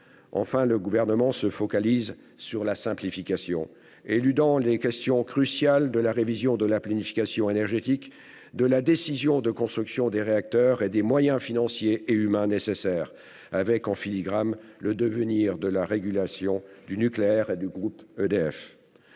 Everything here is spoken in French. Enfin, le Gouvernement se focalise sur la simplification, éludant les questions cruciales de la révision de la planification énergétique, de la décision de construction des réacteurs, ainsi que des moyens financiers et humains nécessaires, avec en filigrane le devenir de la régulation du nucléaire et du groupe EDF.